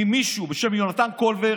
ממישהו בשם יונתן קולבר,